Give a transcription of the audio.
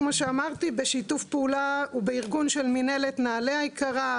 בשיתוף פעולה ובארגון של מינהלת נעל"ה היקרה,